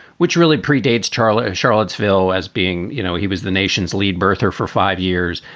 which really predates charlie charlottesville as being you know, he was the nation's lead birther for five years.